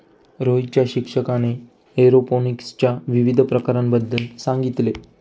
रोहितच्या शिक्षकाने एरोपोनिक्सच्या विविध प्रकारांबद्दल सांगितले